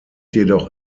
jedoch